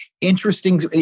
interesting